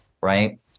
right